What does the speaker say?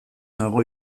nago